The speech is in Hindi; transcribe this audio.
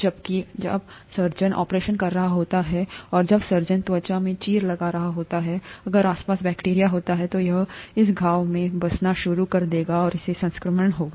जबकि जब सर्जन ऑपरेशन कर रहा होता है और जब सर्जन त्वचा में चीरा लगा रहा होता है अगर आसपास बैक्टीरिया होते हैं तो यह इस घाव में बसना शुरू कर देगा और इससे संक्रमण होगा